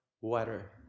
water